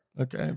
Okay